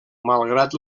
malgrat